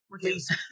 please